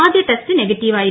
ആദ്യ ടെസ്റ്റ് നെഗറ്റീവായിരുന്നു